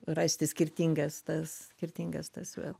rasti skirtingas tas skirtingas tas viet